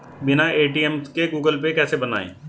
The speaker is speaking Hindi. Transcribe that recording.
बिना ए.टी.एम के गूगल पे कैसे बनायें?